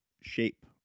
shape